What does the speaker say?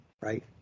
Right